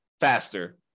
faster